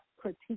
critique